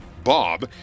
Bob